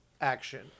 action